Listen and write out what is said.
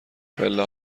پله